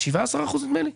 17% נדמה לי?